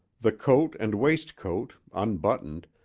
the coat and waistcoat, unbuttoned,